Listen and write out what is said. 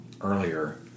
earlier